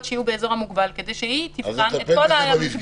שיהיו באזור המוגבל כדי שהיא תבחן את כל המגבלות,